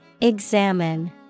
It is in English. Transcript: Examine